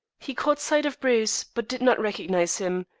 he caught sight of bruce, but did not recognize him,